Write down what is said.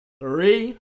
Three